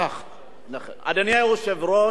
אדוני היושב-ראש, האמת היא,